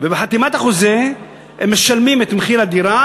ובחתימת החוזה הם משלמים את מחיר הדירה,